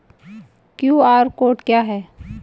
QR code क्या है?